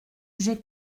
j’ai